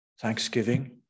Thanksgiving